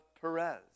Perez